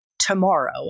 tomorrow